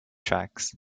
tracks